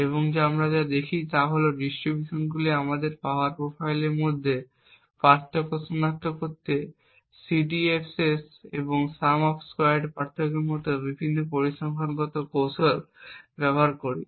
এবং আমরা যা দেখি তা হল এই ডিস্ট্রিবিউশনগুলি আমরা পাওয়ার প্রোফাইলগুলির মধ্যে পার্থক্য সনাক্ত করতে CDFs এবং Sum of Squared পার্থক্যের মত বিভিন্ন পরিসংখ্যানগত কৌশল ব্যবহার করি